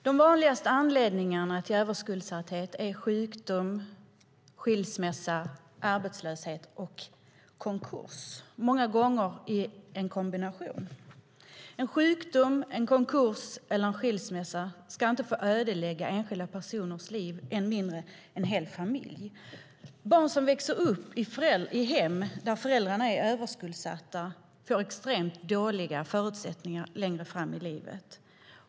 De vanligaste anledningarna till överskuldsatthet är sjukdom, skilsmässa, arbetslöshet och konkurs, många gånger en kombination av dem. En sjukdom, en konkurs eller en skilsmässa ska inte få ödelägga enskilda personers liv, än mindre en hel familjs. Barn som växer upp i hem där föräldrarna är överskuldsatta får extremt dåliga förutsättningar längre fram i livet.